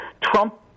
Trump